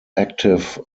active